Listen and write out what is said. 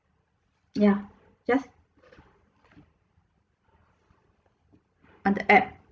ya just on the app